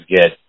get